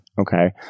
okay